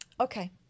Okay